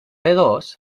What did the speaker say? dos